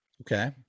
Okay